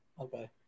Okay